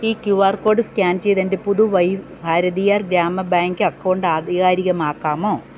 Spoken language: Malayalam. ഈ ക്യൂ ആർ കോഡ് സ്കാൻ ചെയ്ത് എൻ്റെ പുതുവൈ ഭാരതിയാർ ഗ്രാമ ബേങ്ക് എക്കൗണ്ട് ആധികാരികമാക്കാമോ